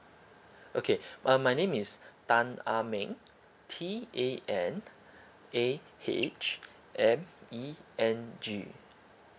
okay uh my name is tan ah meng T A N A H M E N G